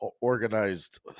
organized